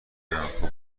برانکو